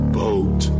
boat